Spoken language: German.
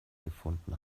gefunden